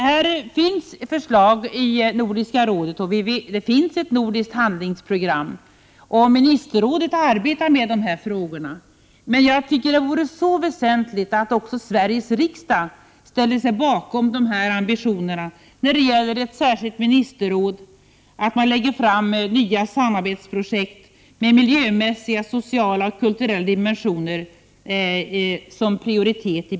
Det finns förslag och ett nordiskt handlingsprogram i Nordiska rådet, och ministerrådet arbetar med frågorna, men det vore väsentligt att också Sveriges riksdag ställde sig bakom ambitionerna att upprätta ett särskilt ministerråd för biståndsfrågor, som skall lägga fram förslag om nya samarbetsprojekt, där den miljömässiga, sociala och kulturella dimensionen i biståndet prioriteras.